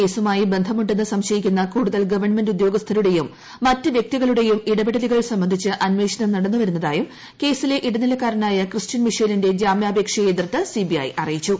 കേസുമായി ബന്ധമുണ്ടെന്ന് സംശയിക്കുന്ന് കൂടുതൽ ഗവൺമെന്റ് ഉദ്യോഗസ്ഥരുടെയും മറ്റ് വ്യക്തികളുടെട്ടെയും ഇടപെടലുകൾ സംബന്ധിച്ച് അന്വേഷണം നടന്നു വരുന്നതായിട്ടും ഭകസിലെ ഇടനിലക്കാരനായ ക്രിസ്റ്റ്യൻ മിഷേലിന്റെ ജാമ്യാപേക്ഷയെ ഏതിർത്ത സിബിഐ അറിയിച്ചു